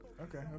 okay